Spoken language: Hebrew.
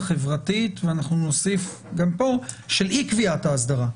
החברתית ואנחנו נוסיף גם פה של אי קביעת האסדרה.